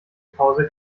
pause